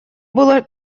было